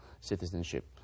citizenship